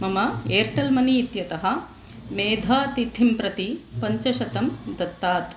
मम Airtel money इत्यतः मेधातिथिं प्रति पञ्चशतं दत्तात्